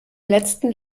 letzten